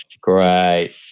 great